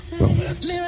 romance